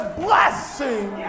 blessing